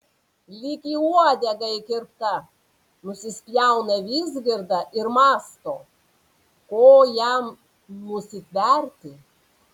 lyg į uodegą įkirpta nusispjauna vizgirda ir mąsto ko jam nusitverti